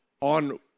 on